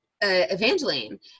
Evangeline